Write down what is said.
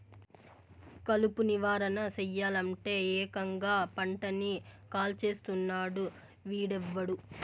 కలుపు నివారణ సెయ్యలంటే, ఏకంగా పంటని కాల్చేస్తున్నాడు వీడెవ్వడు